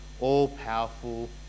All-powerful